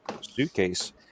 suitcase